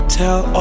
tell